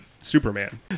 Superman